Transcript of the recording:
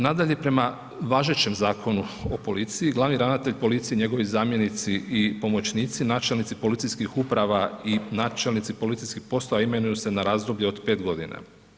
Nadalje, prema važećem Zakonu o policiji, glavni ravnatelj policije i njegovi zamjenici i pomoćnici, načelnici policijskih uprava i načelnici policijskih postaja imenuju se na razdoblje od 5 godina.